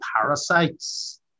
parasites